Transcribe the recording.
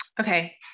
Okay